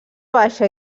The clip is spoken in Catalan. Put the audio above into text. baixa